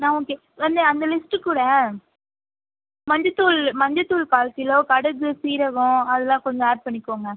நான் ஓகே வந்து அந்த லிஸ்ட் கூட மஞ்சத்தூள் மஞ்சத்தூள் கால் கிலோ கடுகு ஜீரகம் அதெல்லாம் கொஞ்சம் ஆட் பண்ணிக்கோங்க